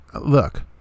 look